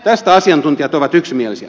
tästä asiantuntijat ovat yksimielisiä